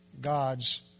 God's